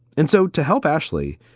and so to help ashley,